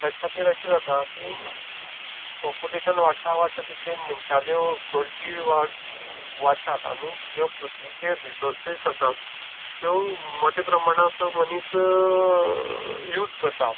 तेजे खातीर अशें जाता की पोपुलेशन वाडटा वाडटा तितली मनशाल्यो गरजी ती वाडटात आनी ज्यो पृथ्वीचेर रिसोर्सीस आसा त्यो मोठे प्रमाणांक मनीस यूज करता